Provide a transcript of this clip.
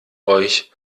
euch